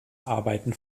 arbeiten